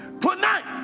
Tonight